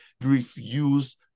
refuse